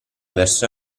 verso